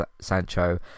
Sancho